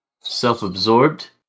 self-absorbed